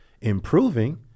improving